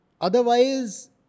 Otherwise